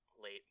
late